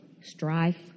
Strife